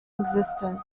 existent